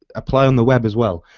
apply on the web as well.